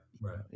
right